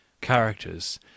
characters